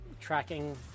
tracking